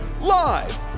live